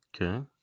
Okay